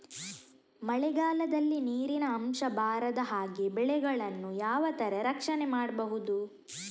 ಮಳೆಗಾಲದಲ್ಲಿ ನೀರಿನ ಅಂಶ ಬಾರದ ಹಾಗೆ ಬೆಳೆಗಳನ್ನು ಯಾವ ತರ ರಕ್ಷಣೆ ಮಾಡ್ಬಹುದು?